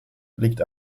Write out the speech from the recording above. liegt